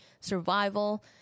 survival